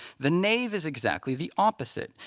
the nave is exactly the opposite.